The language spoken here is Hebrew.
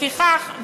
לפיכך,